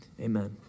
amen